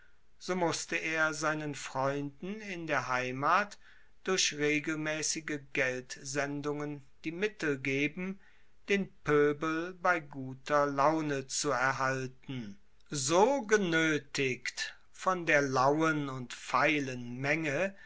so musste er seinen freunden in der heimat durch regelmaessige geldsendungen die mittel geben den poebel bei guter laune zu erhalten so genoetigt von der lauen und feilen menge